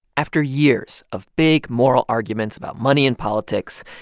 after years of big, moral arguments about money and politics,